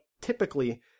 typically